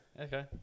Okay